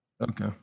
Okay